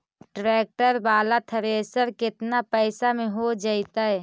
Tractor बाला thresher केतना पैसा में हो जैतै?